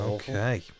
Okay